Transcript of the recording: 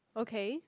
okay